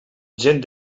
gent